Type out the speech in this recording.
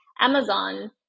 Amazon